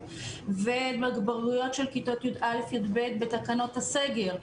ובגרויות של כיתות י"א-י"ב בתקנות הסגר,